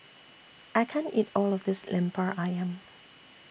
I can't eat All of This Lemper Ayam